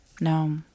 No